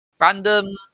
Random